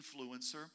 Influencer